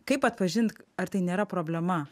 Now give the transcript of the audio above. kaip atpažint ar tai nėra problema